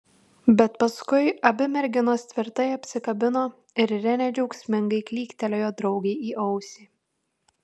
bet paskui abi merginos tvirtai apsikabino ir renė džiaugsmingai klyktelėjo draugei į ausį